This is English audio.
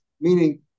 meaning